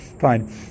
fine